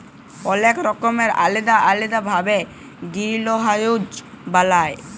অলেক রকমের আলেদা আলেদা ভাবে গিরিলহাউজ বালায়